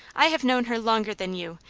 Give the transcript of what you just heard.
i have known her longer than you,